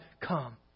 come